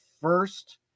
first